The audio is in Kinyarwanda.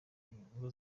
ngo